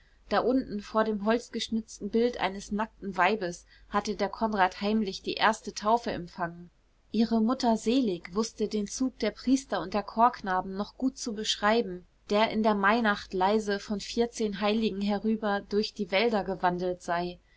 da unten vor dem holzgeschnitzten bild eines nackten weibes hatte der konrad heimlich die erste taufe empfangen ihre mutter selig wußte den zug der priester und der chorknaben noch gut zu beschreiben der in der mainacht leise von vierzehnheiligen herüber durch die wälder gewandelt sei